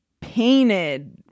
painted